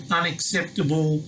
unacceptable